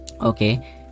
Okay